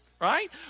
right